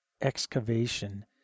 excavation